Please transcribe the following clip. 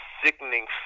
sickening